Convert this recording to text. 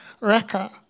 Raka